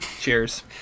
cheers